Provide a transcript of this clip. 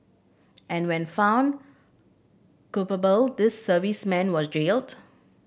and when found culpable these servicemen was jailed